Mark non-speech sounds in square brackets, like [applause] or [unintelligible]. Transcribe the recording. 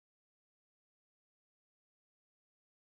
[unintelligible]